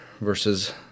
versus